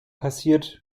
passiert